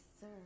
sir